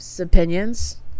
opinions